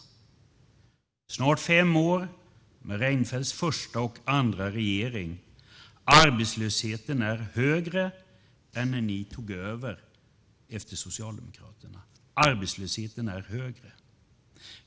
Det har gått snart fem år med Reinfeldts första och andra regering, och arbetslösheten är högre än när ni tog över efter Socialdemokraterna. Arbetslösheten är högre.